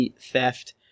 theft